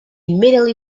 immediately